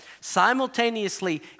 simultaneously